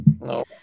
No